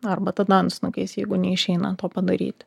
arba tada antsnukiais jeigu neišeina to padaryti